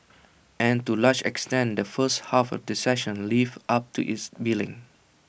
and to A large extent the first half of the session lived up to its billing